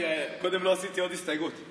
קודם לא עשיתי עוד הסתייגות,